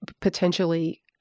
potentially